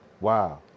Wow